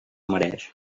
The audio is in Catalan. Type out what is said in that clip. mereix